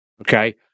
okay